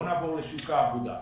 נעבור לשוק העבודה.